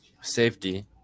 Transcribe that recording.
safety